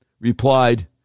replied